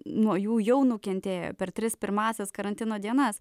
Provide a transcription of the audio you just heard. nuo jų jau nukentėjo per tris pirmąsias karantino dienas